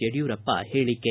ಯಡಿಯೂರಪ್ಪ ಹೇಳಕೆ